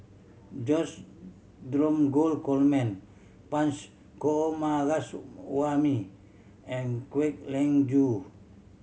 George Dromgold Coleman Punch Coomaraswamy and Kwek Leng Joo